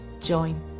join